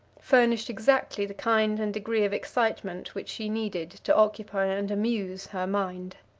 furnished exactly the kind and degree of excitement which she needed to occupy and amuse her mind.